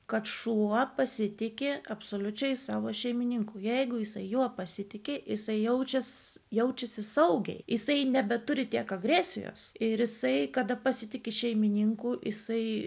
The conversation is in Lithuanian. kad šuo pasitiki absoliučiai savo šeimininkų jeigu jisai juo pasitiki jisai jaučiasi jaučiasi saugiai jisai nebeturi tiek agresijos ir jisai kada pasitiki šeimininku jisai